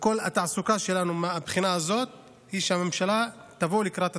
וכל העיסוק שלנו מהבחינה הזאת היא שהממשלה תבוא לקראת התושבים.